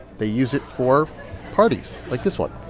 they use it for parties, like this one